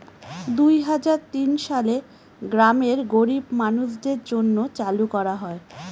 দুই হাজার তিন সালে গ্রামের গরীব মানুষদের জন্য চালু করা হয়